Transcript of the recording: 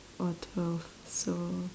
or twelve so